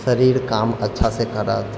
शरीर काम अच्छासँ करत